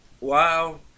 Wow